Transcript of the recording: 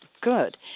good